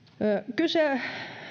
kyse